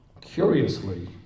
curiously